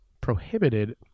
prohibited